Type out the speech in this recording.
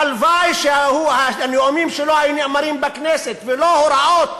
הלוואי שהנאומים שלו היו נאמרים בכנסת, ולא הוראות